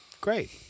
Great